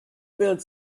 build